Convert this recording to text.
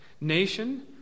nation